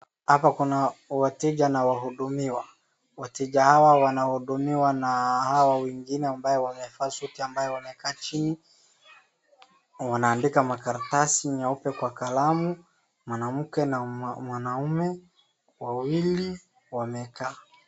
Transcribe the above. Hapa kuna wateja na wahudumiwa, wateja hawa wanahudumiwa na hawa wengine ambao wamevaa suti ambaye wamekaa chini, wanaandika makaratasi nyeupe kwa kalamu, mwanamke na mwanaume wawili wamekaa.